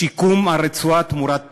שיקום הרצועה תמורת פירוז,